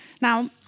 Now